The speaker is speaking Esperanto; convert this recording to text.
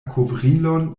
kovrilon